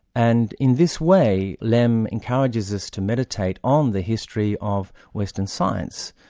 and in this way, lem encourages us to meditate on the history of western science.